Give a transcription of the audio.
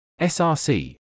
src